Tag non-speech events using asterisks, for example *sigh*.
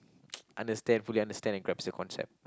*noise* understand fully understand and grasp the concept